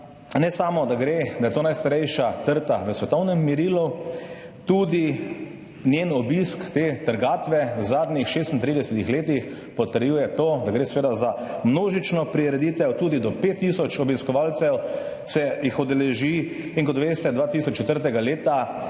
Ne samo, da je to najstarejša trta v svetovnem merilu, tudi obisk te trgatve v zadnjih 36 letih potrjuje to, da gre seveda za množično prireditev. Tudi do 5 tisoč obiskovalcev se je udeleži in kot veste, 2004 leta